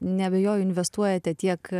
neabejoju investuojate tiek